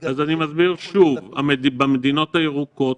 ויגלו ש --- שוב, המדינות הירוקות,